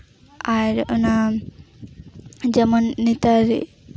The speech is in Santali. ᱟᱨ ᱚᱱᱟ ᱡᱮᱢᱚᱱ ᱱᱮᱛᱟᱨ